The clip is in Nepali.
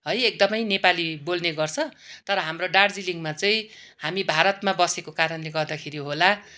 है एकदमै नेपाली बोल्ने गर्छ तर हाम्रो दार्जिलिङमा चाहिँ हामी भारतमा बसेको कारणले गर्दाखेरि होला